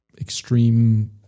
extreme